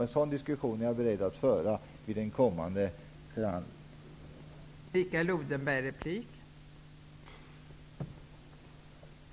En sådan diskussion är jag beredd att föra vid en kommande förhandling.